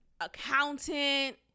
accountant